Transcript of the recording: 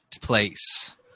place